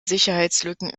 sicherheitslücken